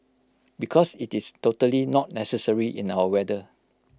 because IT is totally not necessary in our weather